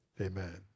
Amen